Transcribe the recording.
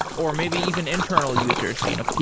or maybe even internal users? you know,